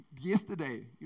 yesterday